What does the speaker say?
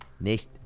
Nicht